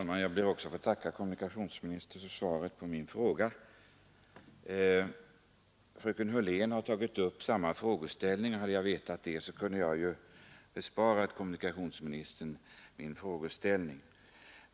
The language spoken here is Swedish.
Herr talman! Också jag ber att få tacka kommunikationsministern för svaret på min enkla fråga. Fröken Hörlén har tagit upp samma spörsmål, och om jag hade vetat det kunde jag ha besparat kommunikationsministern min fråga.